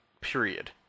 period